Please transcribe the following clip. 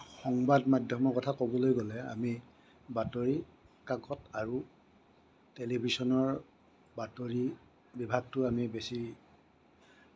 সংবাদ মাধ্যমৰ কথা ক'বলৈ গ'লে আমি বাতৰি কাকত আৰু টেলিভিচনৰ বাতৰি বিভাগটো আমি বেছি